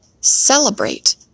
Celebrate